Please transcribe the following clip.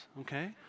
Okay